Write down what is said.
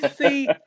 see